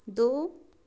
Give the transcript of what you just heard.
दो